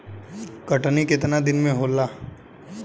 कटनी केतना दिन में होला?